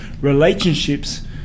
relationships